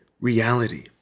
reality